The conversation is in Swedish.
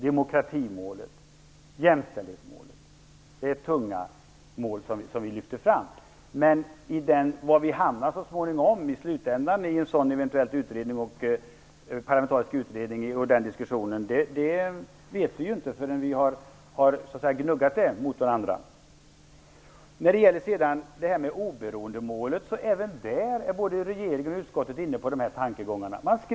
Demokratimålet och jämställdhetsmålet är tunga mål som vi lyfter fram. Men vi vet inte var vi hamnar i slutändan i en sådan parlamentarisk utredning och diskussion. Det vet vi inte förrän vi så att säga har gnuggat åsikterna mot varandra. När det gäller oberoendemålet är både regeringen och utskottet inne på dessa tankegångar.